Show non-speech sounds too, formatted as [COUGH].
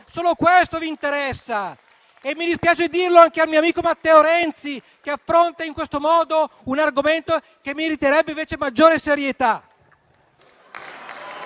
Solo questo vi interessa. [APPLAUSE] Mi dispiace dirlo anche al mio amico Matteo Renzi, che affronta in questo modo un argomento che meriterebbe invece maggiore serietà.